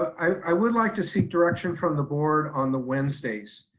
i would like to seek direction from the board on the wednesdays.